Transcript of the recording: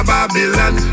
Babylon